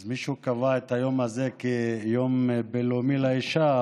אז מישהו קבע את היום הזה כיום הבין-לאומי לאישה,